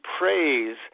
praise